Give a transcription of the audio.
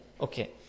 Okay